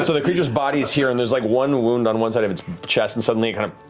so the creatures body is here, and there's like one wound on one side of its chest and suddenly it kind of